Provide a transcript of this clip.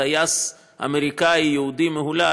טייס אמריקני-יהודי מהולל,